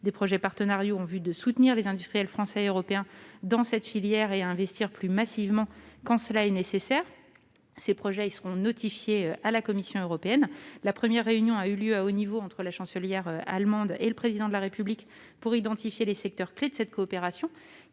des projets partenariaux en vue de soutenir les industriels français et européens de la filière de l'hydrogène afin de leur permettre d'investir plus massivement quand cela est nécessaire. Ces projets seront notifiés à la Commission européenne. La première réunion a eu lieu à haut niveau entre la Chancelière allemande et le Président de la République afin d'identifier les secteurs clés de cette coopération